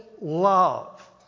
love